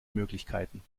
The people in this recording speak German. möglichkeiten